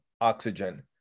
oxygen